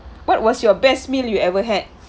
what was your best meal you ever had